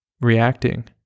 reacting